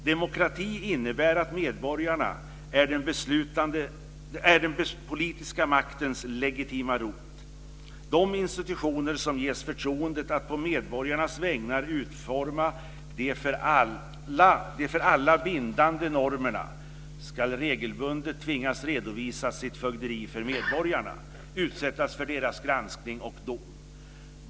- Demokrati innebär att medborgarna är den politiska maktens legitima rot. De ... institutioner, som ges förtroendet att på medborgarnas vägnar utforma de för alla bindande normerna, skall regelbundet tvingas redovisa sitt fögderi för medborgarna, utsättas för deras granskning och dom.